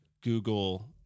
Google